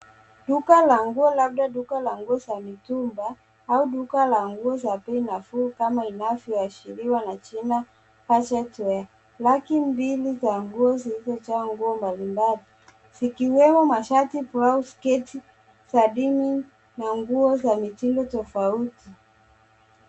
Duka la nguo labda duka la nguo za mitumba au duka la nguo za bei nafuu kama inavyoashiriwa na jina budget wear(cs) raki mbili za nguo zilizojaa nguo mbalimbali zikiwemo mashati , blausi, sketi za jeans (cs) na nguo za mitindo tofauti.